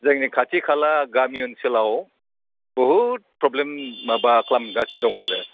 जोंनि खाथि खाला गामि ओनसोलआव बुहुद प्रब्लेम माबा खालामगासिनो दङ आरो